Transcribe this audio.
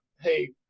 hey